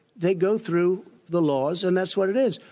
they go through the laws and that's what it is.